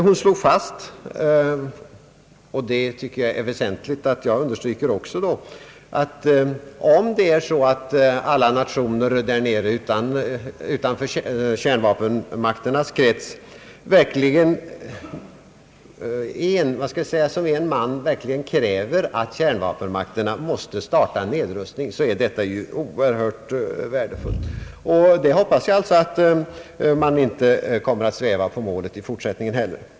Hon slog fast — och det tycker jag är väsentligt att jag också understryker — att om alla nationer utanför kärnvapenmakternas krets så att säga som en man verkligen kräver, att kärnvapenmakterna startar en nedrustning, är detta oerhört värdefullt. Jag hoppas att man inte kommer att sväva på målet i fortsättningen heller.